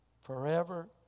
forever